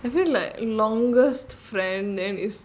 I feel like longest friend and is